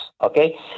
Okay